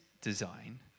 design